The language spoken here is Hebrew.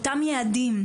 אותם יעדים,